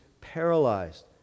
paralyzed